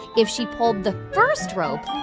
if she pulled the first rope,